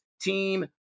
team